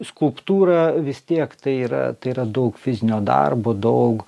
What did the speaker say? skulptūra vis tiek tai yra tai yra daug fizinio darbo daug